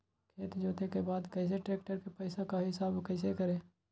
खेत जोते के बाद कैसे ट्रैक्टर के पैसा का हिसाब कैसे करें?